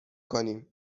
کنیم